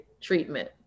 treatment